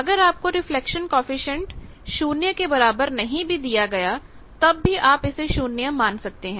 अगर आपको reflection coefficient शून्य के बराबर नहीं भी दिया गया तब भी आप इसे 0 मान सकते हैं